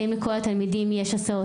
האם לכל התלמידים יש הסעות?